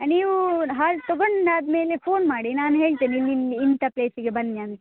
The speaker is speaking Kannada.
ನೀವೂ ಹಾಲು ತಗೊಂಡು ಆದಮೇಲೆ ಫೋನ್ ಮಾಡಿ ನಾನು ಹೇಳ್ತೇನೆ ನಿಮ್ಗೆ ಇಂಥ ಪ್ಲೇಸಿಗೆ ಬನ್ನಿ ಅಂತ